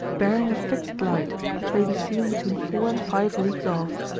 bearing a fixed light, which may be seen between four and five leagues off.